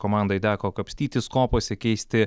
komandai teko kapstytis kopose keisti